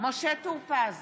משה טור פז,